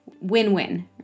win-win